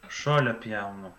žolę pjaunu